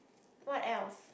what else